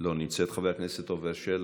לא נמצאת, חבר הכנסת עפר שלח,